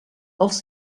els